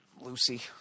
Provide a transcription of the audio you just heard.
Lucy